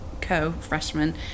co-freshman